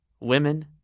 women